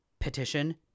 petition